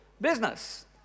business